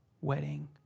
wedding